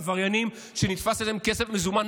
עבריינים שנתפס עליהם כסף מזומן,